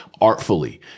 artfully